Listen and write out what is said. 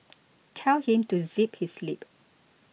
tell him to zip his lip